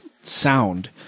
sound